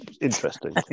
Interesting